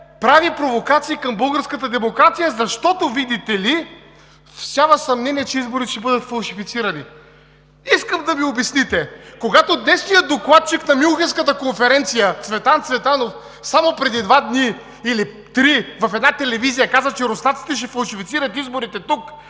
прави провокации към българската демокрация, защото, видите ли, всява съмнение, че изборите ще бъдат фалшифицирани. Искам да ми обясните, когато днешният докладчик на Мюнхенската конференция Цветан Цветанов само преди два дни или три в една телевизия каза, че руснаците ще фалшифицират изборите тук